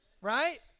right